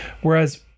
whereas